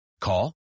Call